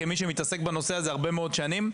כמי שמתעסק בנושא הזה הרבה מאוד שנים,